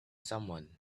someone